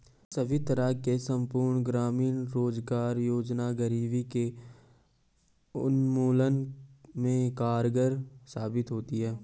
सभी तरह से संपूर्ण ग्रामीण रोजगार योजना गरीबी के उन्मूलन में कारगर साबित होती है